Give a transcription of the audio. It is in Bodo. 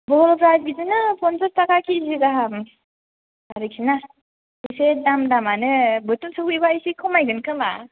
बहलफ्रा बिदिनो फनसास थाखा केजि गाहाम आरोखिना एसे दाम दामआनो बोथोर सफैबा एसे खमायगोन खोमा